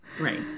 Right